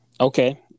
Okay